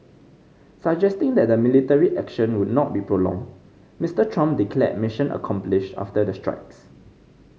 suggesting that the military action would not be prolonged Mister Trump declared mission accomplished after the strikes